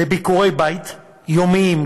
בביקורי בית יומיים,